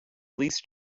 least